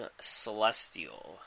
Celestial